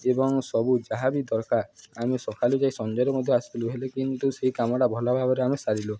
ଏବଂ ସବୁ ଯାହା ବି ଦରକାର ଆମେ ସକାଲୁ ଯାଇ ସଞ୍ଜରେ ମଧ୍ୟ ଆସିିଲୁ ହେଲେ କିନ୍ତୁ ସେଇ କାମଟା ଭଲ ଭାବରେ ଆମେ ସାରିଲୁ